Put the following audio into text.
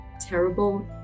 terrible